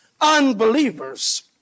unbelievers